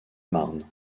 marne